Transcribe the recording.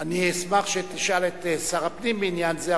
אני אשמח שתשאל את שר הפנים בעניין הזה,